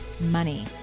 money